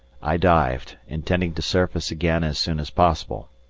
i dived, intending to surface again as soon as possible.